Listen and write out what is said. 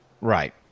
Right